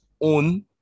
own